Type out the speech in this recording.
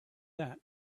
that